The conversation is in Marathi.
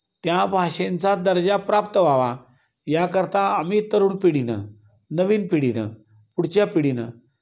त्या भाषांचा दर्जा प्राप्त व्हावा याकरता आम्ही तरुण पिढीनं नवीन पिढीनं पुढच्या पिढीनं